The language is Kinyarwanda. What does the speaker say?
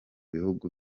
bihugu